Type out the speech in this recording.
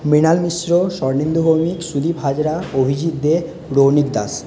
Mrinal Mishra Swarnendu Bhowmik Sudip Hazra Abhijit Dey Raunik Das